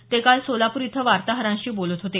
ते काल सोलापूर इथं वार्ताहरांशी बोलत होते